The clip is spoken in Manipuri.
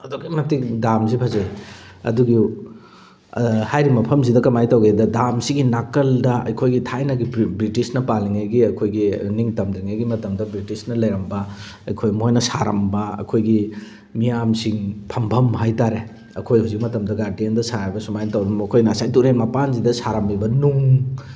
ꯑꯗꯨꯛꯀꯤ ꯃꯇꯤꯛ ꯗꯥꯝꯁꯤ ꯐꯖꯩ ꯑꯗꯨꯒꯤ ꯍꯥꯏꯔꯤꯕ ꯃꯐꯝ ꯑꯁꯤꯗ ꯀꯃꯥꯏ ꯇꯧꯒꯦꯗ ꯗꯥꯝꯁꯤꯒꯤ ꯅꯥꯀꯟ ꯑꯩꯈꯣꯏꯒꯤ ꯊꯥꯏꯅꯒꯤ ꯕ꯭ꯔꯤꯇꯤꯁꯅ ꯄꯥꯜꯂꯤꯉꯩꯒꯤ ꯑꯩꯈꯣꯏꯒꯤ ꯅꯤꯡꯇꯝꯗ꯭ꯔꯤꯉꯩꯒꯤ ꯃꯇꯝꯗ ꯕ꯭ꯔꯤꯇꯤꯁꯅ ꯂꯩꯔꯝꯕ ꯑꯩꯈꯣꯏ ꯃꯣꯏꯅ ꯁꯥꯔꯝꯕ ꯑꯩꯈꯣꯏꯒꯤ ꯃꯤꯌꯥꯝꯁꯤꯡ ꯐꯝꯐꯝ ꯍꯥꯏꯇꯥꯔꯦ ꯑꯩꯈꯣꯏ ꯍꯧꯖꯤꯛ ꯃꯇꯝꯗ ꯒꯥꯔꯗꯦꯟꯗ ꯁꯥꯔꯒ ꯁꯨꯃꯥꯏ ꯇꯧꯔꯝꯕ ꯑꯩꯈꯣꯏ ꯉꯁꯥꯏ ꯇꯨꯔꯦꯟ ꯃꯄꯥꯟꯁꯤꯗ ꯁꯥꯔꯝꯃꯤꯕ ꯅꯨꯡ